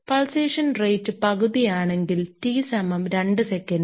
pulsation rate പകുതി ആണെങ്കിൽ T സമം 2 സെക്കന്റ്